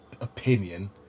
opinion